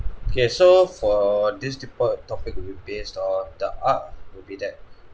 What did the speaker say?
okay so for this deeper topic will be based on the art will be dead